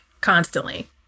constantly